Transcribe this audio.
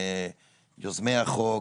ליוזמי החוק,